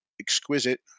exquisite